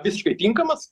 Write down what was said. visiškai tinkamas